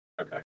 Okay